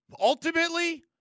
ultimately